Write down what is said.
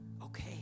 okay